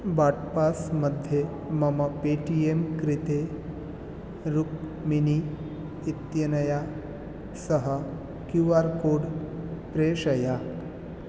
बाट् पास् मध्ये मम पे टि यम् कृते रुक्मिणी इत्यनया सह क्यू आर् कोड् प्रेषय